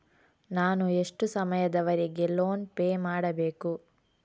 ನಾನು ಎಷ್ಟು ಸಮಯದವರೆಗೆ ಲೋನ್ ಪೇ ಮಾಡಬೇಕು?